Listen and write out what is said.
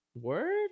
Word